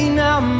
now